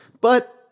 but-